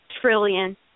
trillion